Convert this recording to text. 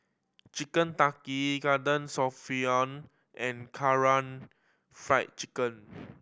Chicken Tikka Garden and Kara Fried Chicken